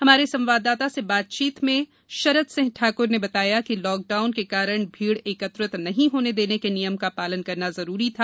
हमारे संवाददाता से बातचीत में शरद सिंह ठाकुर ने बताया कि लाकडाउन के कारण भीड़ एकत्र नहीं होने देने के नियम का पालन करना जरूरी था